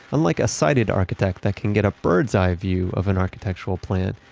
unlike a sighted architect that can get a bird's eye view of an architectural plan,